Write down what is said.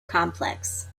complex